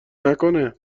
نکنه